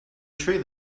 tree